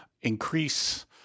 increase